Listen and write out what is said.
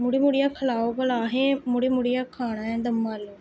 मुड़ी मुड़ियै खलाओ भलां असें मुड़ी मुड़ियै खाना ऐ दमआलू